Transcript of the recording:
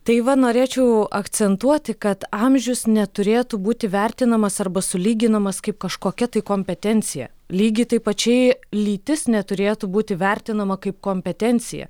tai va norėčiau akcentuoti kad amžius neturėtų būti vertinamas arba sulyginamas kaip kažkokia tai kompetencija lygiai tai pačiai lytis neturėtų būti vertinama kaip kompetencija